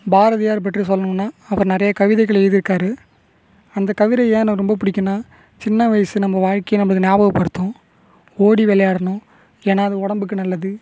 பாரதியார் பற்றி சொல்லணுனா அவர் நிறைய கவிதைகள் எழுதியிருக்காரு அந்த கவிதை ஏன் எனக்கு ரொம்ப பிடிக்கும்னா சின்ன வயசு நம்ம வாழ்க்கையை நம்மளுக்கு நியாபக படுத்தும் ஓடி விளையாடணும் ஏன்னால் அது உடம்புக்கு நல்லது